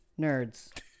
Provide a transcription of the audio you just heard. Nerds